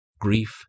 grief